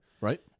Right